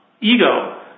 ego